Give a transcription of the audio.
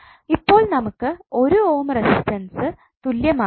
ഇപ്പോൾ നമുക്ക് 1 ohm resistance തുല്യമായി ഉണ്ട്